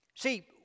See